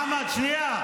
חמד, שנייה.